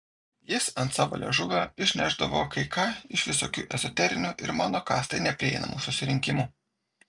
jis ant savo liežuvio išnešdavo kai ką iš visokių ezoterinių ir mano kastai neprieinamų susirinkimų